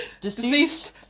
deceased